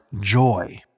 joy